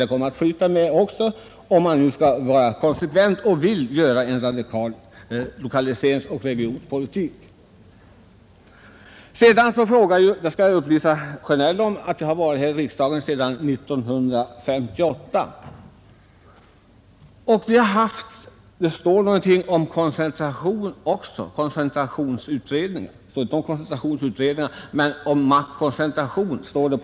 Det borde givetvis göras, om man skall vara konsekvent och vill föra en radikal lokaliseringsoch regionalpolitik. Jag kan upplysa herr Sjönell om att jag har varit i riksdagen sedan 1958. I en av punkterna i centerpartiets motion talas det om maktkoncentration.